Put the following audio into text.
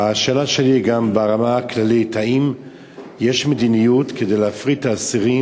השאלה שלי היא גם ברמה הכללית: האם יש מדיניות להפריד את האסירים,